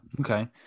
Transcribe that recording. Okay